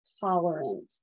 tolerant